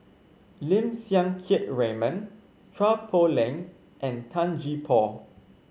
Lim Siang Keat Raymond Chua Poh Leng and Tan Gee Paw